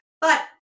But-